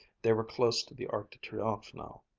they were close to the arc de triomphe now.